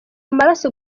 amaraso